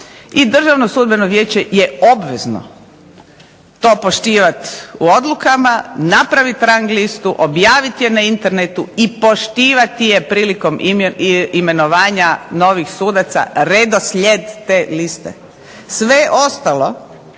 Državno sudbeno vijeće je obvezno to poštivati u odlukama, napraviti rang listu, objaviti je na internetu i poštivati je prilikom imenovanja novih sudaca redoslijed te liste. Sve ostalo